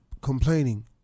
complaining